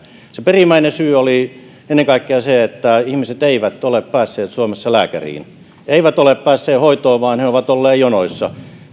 se perimmäinen syy oli ennen kaikkea se että ihmiset eivät ole päässeet suomessa lääkäriin he eivät ole päässeet hoitoon vaan he ovat olleet jonoissa